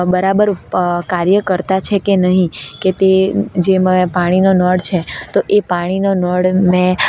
બરાબર કાર્ય કરે છેકે નહીં કે તે જેમાં પાણીનો નળ છે તો એ પાણીનો નળ મેં